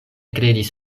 kredis